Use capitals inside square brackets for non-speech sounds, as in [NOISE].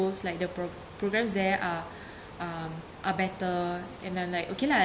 like the pro~ programmes there are [BREATH] are are better and then like okay lah I